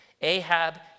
Ahab